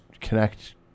connect